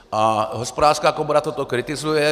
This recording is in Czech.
A Hospodářská komora to kritizuje.